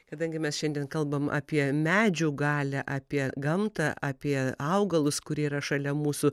kadangi mes šiandien kalbam apie medžių galią apie gamtą apie augalus kurie yra šalia mūsų